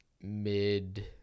mid